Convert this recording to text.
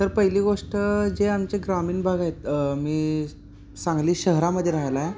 तर पहिली गोष्ट जे आमचे ग्रामीण भाग आहेत मी सांगली शहरामध्ये राहायला आहे